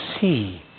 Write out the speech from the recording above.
see